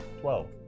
twelve